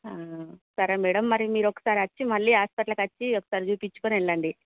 సరే మేడం మరి మీరు ఒక్కసారి వచ్చి మళ్ళీ హాస్పిటల్కి వచ్చి ఒక్క సారి చూపించుకుని వెళ్ళండి